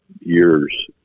years